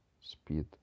speed